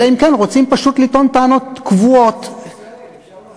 אלא אם כן רוצים פשוט לטעון טענות קבועות זאת כנסת ישראל,